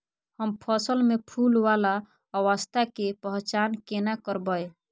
हम फसल में फुल वाला अवस्था के पहचान केना करबै?